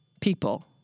people